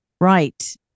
Right